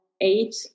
eight